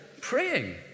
praying